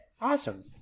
awesome